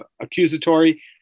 accusatory